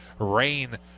rain